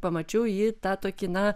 pamačiau ji tą tokį na